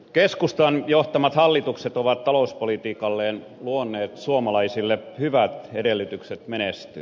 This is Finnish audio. keskustan johtamat hallitukset ovat talouspolitiikallaan luoneet suomalaisille hyvät edellytykset menestyä